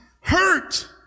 hurt